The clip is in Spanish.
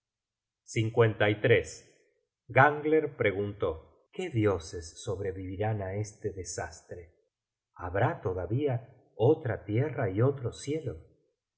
gangler pregunto qué dioses sobre vi viran á este desastre habrá todavía otra tierra y otro cielo